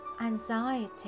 anxiety